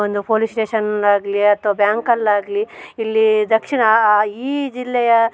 ಒಂದು police station ಆಗಲಿ ಅಥವಾ ಬ್ಯಾಂಕಲ್ಲಾಗಲಿ ಇಲ್ಲಿ ದಕ್ಷಿಣ ಆ ಆ ಈ ಜಿಲ್ಲೆಯ